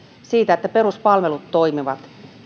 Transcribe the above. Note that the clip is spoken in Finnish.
siitä että peruspalvelut toimivat